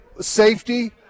safety